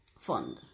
fund